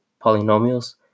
polynomials